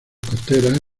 costeras